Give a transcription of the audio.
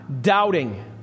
doubting